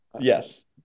yes